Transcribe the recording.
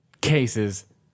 cases